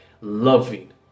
loving